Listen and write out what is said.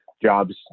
Jobs